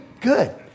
good